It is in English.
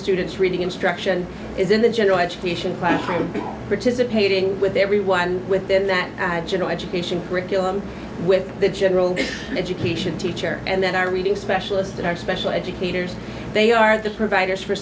students reading instruction is in the general education classroom participating with everyone within that general education curriculum with the general education teacher and then our reading specialist in our special educators they are the providers for